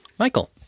michael